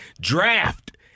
Draft